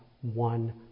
one